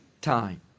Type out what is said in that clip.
time